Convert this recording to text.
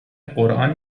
قران